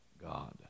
God